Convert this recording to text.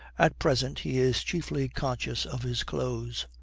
at present he is chiefly conscious of his clothes.